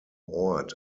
ort